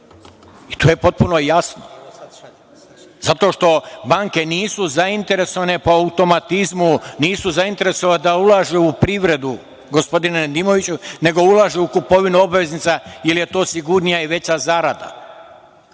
To je potpuno jasno. Zato što banke nisu zainteresovane po automatizmu, nisu zainteresovane da ulažu u privredu, gospodine Nedimoviću, nego ulažu u kupovinu obveznica jer je to sigurnija i veća zarada.I